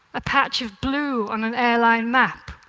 a patch of blue on an airline map.